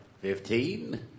Fifteen